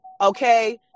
Okay